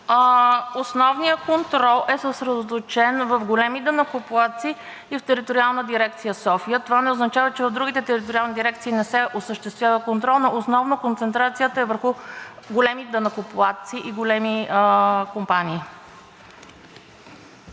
Основният контрол е съсредоточен в големи данъкоплатци и в Териториална дирекция – София. Това не означава, че в другите териториални дирекции не се осъществява контрол, но основно концентрацията е върху големи данъкоплатци и големи компании.